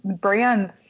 brands